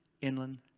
Inland